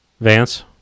Vance